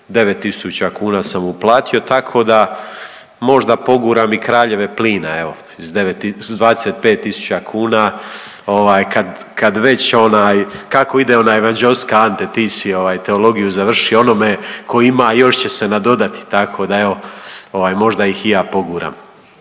9000 kuna sam uplatio. Tako da možda poguram i kraljeve plina evo iz 25000 kuna kad već, kako ide ona evanđeoska Ante. Ti si teologiju završio onome tko ima još će se nadodati, tako da evo možda ih i ja poguram.